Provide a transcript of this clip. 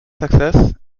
success